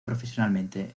profesionalmente